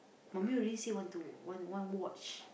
mummy already say want to want want watch